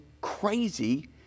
crazy